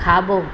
खाॿो